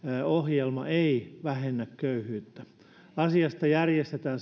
ohjelma ei vähennä köyhyyttä asiasta järjestetään